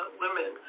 women